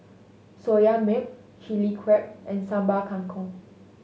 Soya Milk Chilli Crab and Sambal Kangkong